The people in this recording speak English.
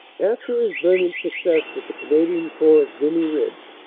after his brilliant success with the canadian corps at vimy ridge,